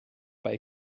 bei